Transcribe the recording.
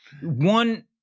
One